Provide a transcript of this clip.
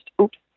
oops